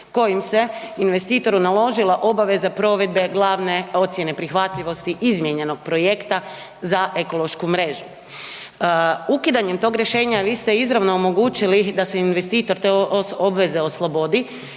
kojim se investitoru naložila obaveza provedbe glavne ocjene prihvatljivosti izmijenjenog projekta za ekološku mrežu. Ukidanjem tog rješenja vi ste izravno omogućili da se investitor te obveze oslobodi